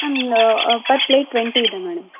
per plate twenty ಇದೆ madam